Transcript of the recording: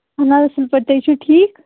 اَہَن حظ اَصٕل پٲٹھۍ تُہۍ چھِو ٹھیٖک